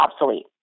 obsolete